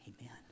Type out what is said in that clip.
Amen